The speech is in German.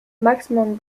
maximum